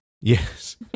Yes